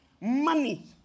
money